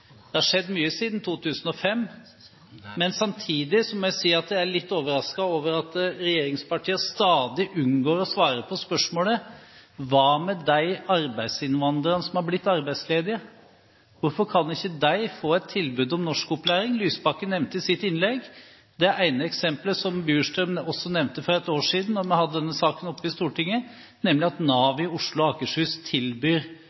Det har skjedd mye siden 2005. Samtidig må jeg si at jeg er litt overrasket over at regjeringspartiene stadig unngår å svare på spørsmålet: Hva med de arbeidsinnvandrerne som er blitt arbeidsledige? Hvorfor kan ikke de få et tilbud om norskopplæring? Lysbakken nevnte i sitt innlegg det ene eksempelet som også Bjurstrøm nevnte for ett år siden, da vi hadde denne saken oppe i Stortinget, nemlig at Nav i Oslo og Akershus tilbyr